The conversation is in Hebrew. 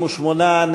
58,